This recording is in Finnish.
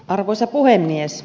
arvoisa puhemies